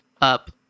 up